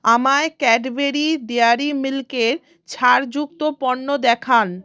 আমায় Cadbury dairy মিল্কে ছাড় যুক্ত পণ্য দেখান